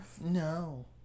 No